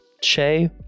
Che